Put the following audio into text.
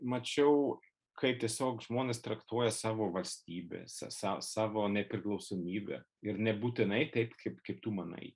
mačiau kaip tiesiog žmonės traktuoja savo valstybę sa savo nepriklausomybę ir nebūtinai taip kaip kaip tu manai